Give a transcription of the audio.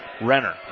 Renner